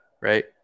right